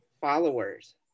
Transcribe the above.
followers